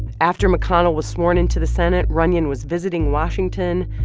after mcconnell was sworn in to the senate, runyon was visiting washington,